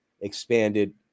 expanded